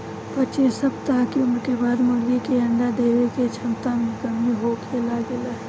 पच्चीस सप्ताह के उम्र के बाद मुर्गी के अंडा देवे के क्षमता में कमी होखे लागेला